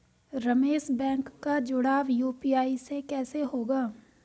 Ramesh bank का जुड़ाव UPI से कैसे होगा?